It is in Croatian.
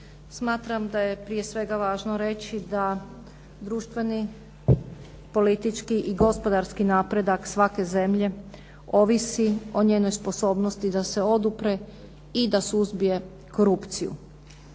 smatram da je prije svega važno reći da društveni, politički i gospodarski napredak svake zemlje ovisi o njenoj sposobnosti da se odupre i da suzbije korupciju.